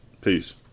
Peace